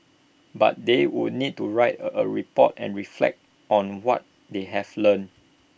but they would need to write A report and reflect on what they have learnt